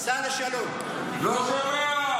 מה אתה רוצה, לא שומע.